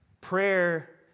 Prayer